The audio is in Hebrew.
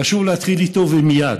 חשוב להתחיל איתו, ומייד.